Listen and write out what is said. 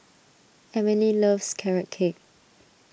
Emile loves Carrot Cake